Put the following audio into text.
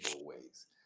ways